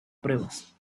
pruebas